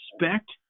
respect